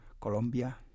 Colombia